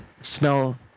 smell